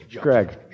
Greg